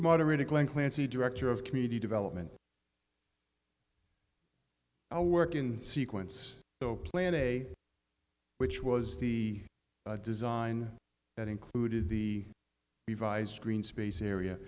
the moderator glenn clancy director of community development i work in sequence so plan a which was the design that included the revised green space area